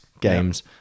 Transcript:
games